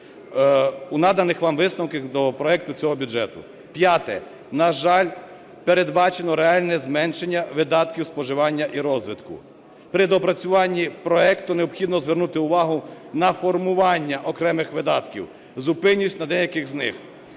у наданих вам висновках до проекту цього бюджету. П'яте. На жаль, передбачено реальне зменшення видатків споживання і розвитку. При доопрацюванні проекту необхідно звернути увагу на формування окремих видатків. Зупинюся на деяких з них.